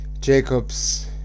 Jacob's